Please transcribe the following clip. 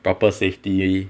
proper safety